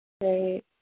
Great